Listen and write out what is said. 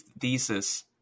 thesis